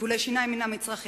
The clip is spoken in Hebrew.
טיפולי שיניים הם מצרך יקר,